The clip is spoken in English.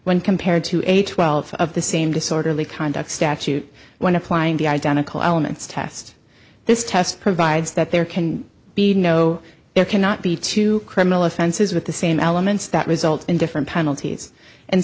when compared to a twelve of the same disorderly conduct statute when applying the identical elements test this test provides that there can be no it cannot be two criminal offenses with the same elements that result in different penalties and